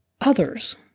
others